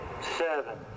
seven